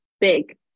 big